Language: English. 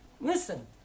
Listen